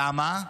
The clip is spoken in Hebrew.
למה?